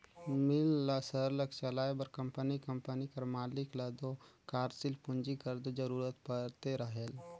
मील ल सरलग चलाए बर कंपनी कंपनी कर मालिक ल दो कारसील पूंजी कर दो जरूरत परते रहेल